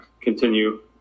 continue